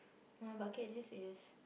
my bucket list is